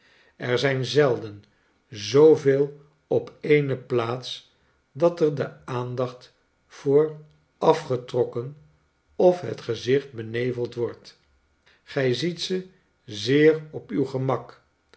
er zijn zelden zooveel op eene plaats dat er de aandacht door afgetrokken of het gezicht beneveld wordt gj ziet ze zeer op uw gemak